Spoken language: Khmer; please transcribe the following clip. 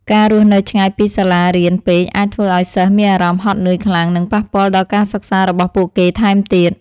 ការរស់នៅឆ្ងាយពីសាលារៀនពេកអាចធ្វើឱ្យសិស្សមានអារម្មណ៍ហត់នឿយខ្លាំងនិងប៉ះពាល់ដល់ការសិក្សារបស់ពួកគេថែមទៀត។